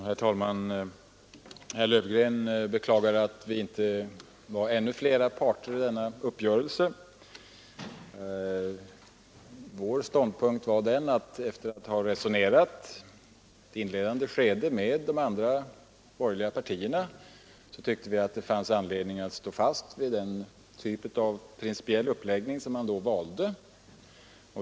Herr talman! Herr Löfgren beklagade att inte ännu fler parter deltog i denna uppgörelse. Efter att i det inledande skedet ha resonerat med de andra borgerliga partierna tyckte vi att det fanns anledning att stå fast vid den typ av principiell uppläggning som man då valde.